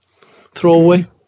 throwaway